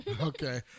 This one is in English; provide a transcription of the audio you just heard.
Okay